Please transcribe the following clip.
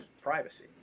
privacy